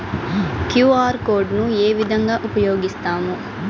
QR code ను ఏ విధంగా ఉపయగిస్తాము?